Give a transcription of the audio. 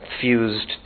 fused